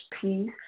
peace